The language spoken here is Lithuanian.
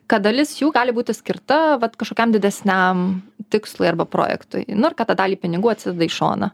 kad dalis jų gali būti skirta kažkokiam didesniam tikslui arba projektui nu ir kad tą dalį pinigų atsideda į šoną